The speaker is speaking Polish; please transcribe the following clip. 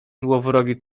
złowrogi